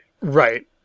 right